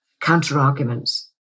counter-arguments